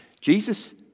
Jesus